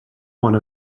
one